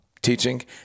teaching